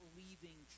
leaving